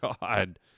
God